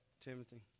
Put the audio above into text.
Timothy